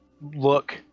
look